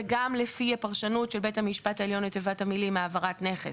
וגם לפי פרשנות של בית המשפט העליון לתיבת המילים העברת נכס,